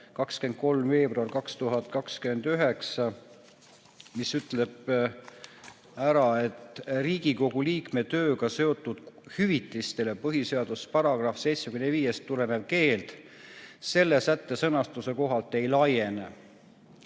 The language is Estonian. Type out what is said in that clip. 23. veebruarist 2009, mis ütleb ära, et Riigikogu liikme tööga seotud hüvitistele põhiseaduse §‑st 75 tulenev keeld selle sätte sõnastuse kohaselt ei laiene.